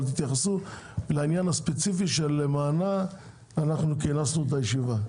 אבל תתייחסו בבקשה לעניין הספציפי שלמענו כינסנו את הישיבה.